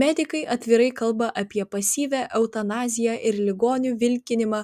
medikai atvirai kalba apie pasyvią eutanaziją ir ligonių vilkinimą